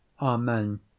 amen